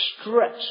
stretch